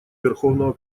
верховного